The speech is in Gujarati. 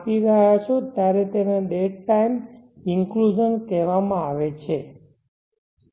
આપી રહ્યા હો ત્યારેતેને ડેડ ટાઇમ ઇન્ક્લુઝન કહેવામાં આવે છે